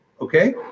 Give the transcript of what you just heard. Okay